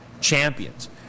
champions